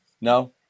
No